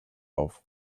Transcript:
auf